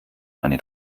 eine